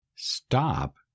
stop